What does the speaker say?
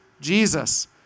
Jesus